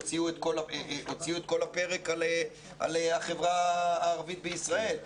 הוציאו את כל הפרק על החברה הערבית בישראל.